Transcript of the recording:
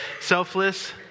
selfless